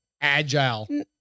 agile